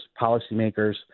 policymakers